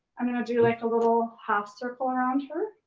i'm gonna do like a little half circle around here.